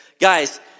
Guys